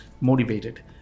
motivated